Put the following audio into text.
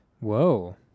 Whoa